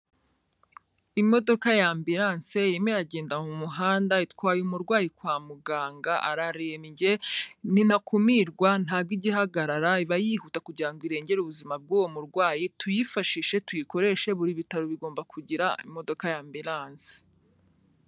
Imodoka y'ambulance irimo iragenda mu muhanda itwaye umurwayi kwa muganga ararembye, ni ntakumirwa ntabwo ijya ihagarara iba yihuta kugira ngo irengere ubuzima bw'uwo murwayi, tuyifashishe tuyikoreshe, buri bitaro bigomba kugira imodoka y'ambulance.